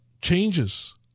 changes